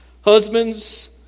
Husbands